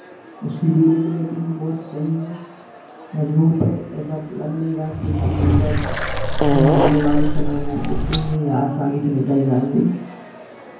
उसकी ड्यूरेबिलिटी भी बहुत सही है मज़बूत है ऐसा लग नहीं रहा कि उसके पेपर जो हैं आने वाले समय में उखड़ेंगे या आसानी से निकल जाएंगे